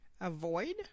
Avoid